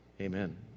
Amen